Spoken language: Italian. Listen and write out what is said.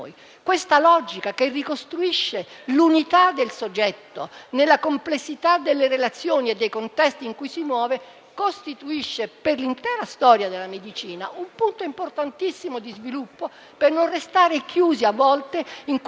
Questa logica che ricostruisce l'unità del soggetto, nella complessità delle relazioni e dei contesti in cui si muove, costituisce per l'intera storia della medicina un punto importantissimo di sviluppo per non restare chiusi a volte in quel meccanismo